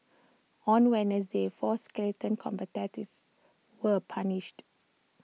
on Wednesday four skeleton competitors were punished